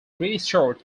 restored